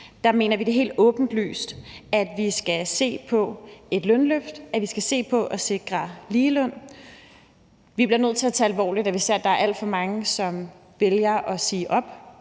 det, mener vi, det er helt åbenlyst, at vi skal se på et lønløft, og at vi skal se på at sikre ligeløn. Vi bliver nødt til at tage det alvorligt, når vi ser, at der er alt for mange, som vælger at sige op,